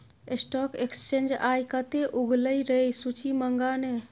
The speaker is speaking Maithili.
स्टॉक एक्सचेंज आय कते उगलै रै सूची मंगा ने